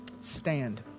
stand